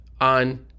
on